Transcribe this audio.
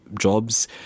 jobs